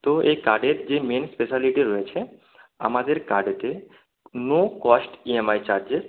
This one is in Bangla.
তো এই কার্ডের যে মেইন স্পেশালিটি রয়েছে আমাদের কার্ডকে no cost E M I charges